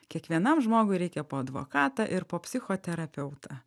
kiekvienam žmogui reikia po advokatą ir po psichoterapeutą